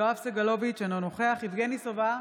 יואב סגלוביץ' אינו נוכח יבגני סובה,